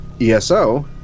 ESO